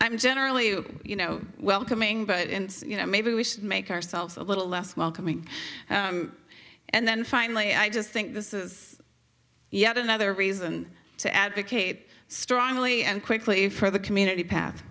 i'm generally you know welcoming but you know maybe we should make ourselves a little less welcoming and then finally i just think this is yet another reason to advocate strongly and quickly for the community path